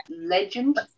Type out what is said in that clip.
legend